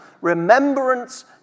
Remembrance